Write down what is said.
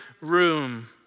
room